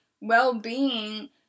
well-being